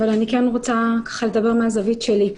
אבל אדבר מהזווית שלי.